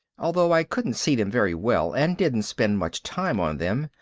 although i couldn't see them very well, and didn't spend much time on them,